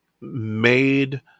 made